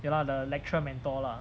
ya lah the lecturer mentor lah